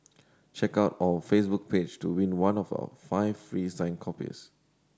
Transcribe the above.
check out our Facebook page to win one of our five free signed copies